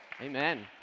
Amen